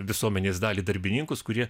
visuomenės dalį darbininkus kurie